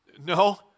no